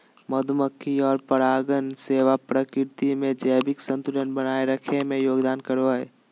मधुमक्खी और परागण सेवा प्रकृति में जैविक संतुलन बनाए रखे में योगदान करो हइ